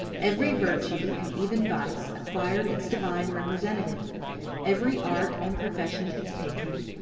every virtue, and even vice, acquired its divine representative every art and profession its patron,